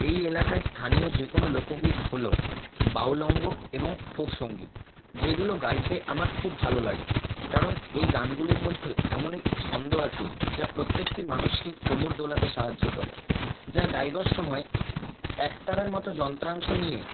এই এলাকায় স্থানীয় যেকোনো লোকগীত হল বাউলঙ্গ এবং ফোক সঙ্গীত যেগুলো গাইতে আমার খুব ভালো লাগে কারণ এই গানগুলির মধ্যে এমন একটি ছন্দ আছে যা প্রত্যেকটি মানুষকে কোমর দোলাতে সাহায্য করে যা গাইবার সময় একতারার মতো যন্ত্রাংশ নিয়ে